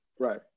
Right